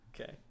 Okay